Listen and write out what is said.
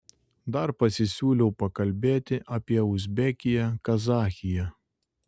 dar pasisiūliau pakalbėti apie uzbekiją kazachiją